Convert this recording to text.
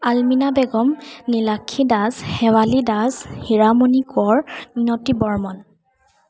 Almina Begum Nilakshi Das Sewali Das Hiramoni Kor Minoti Barman